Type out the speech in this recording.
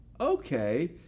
okay